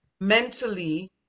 mentally